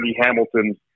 Hamilton